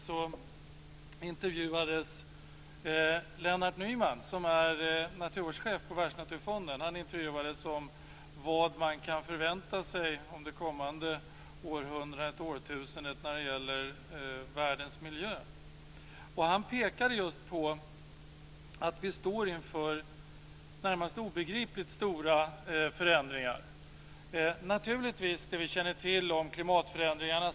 Då intervjuades Lennart Han intervjuades om vad man kan förvänta sig av det kommande århundradet och årtusendet när det gäller världens miljö. Han pekade just på att vi står inför närmast obegripligt stora förändringar. Det gäller naturligtvis det vi känner till om klimatförändringarna.